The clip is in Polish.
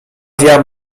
via